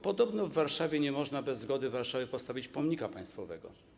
Podobno w Warszawie nie można bez zgody Warszawy postawić pomnika państwowego.